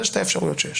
אלה שתי האפשרויות שיש.